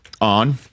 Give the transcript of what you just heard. on